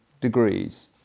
degrees